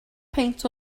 peint